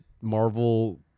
Marvel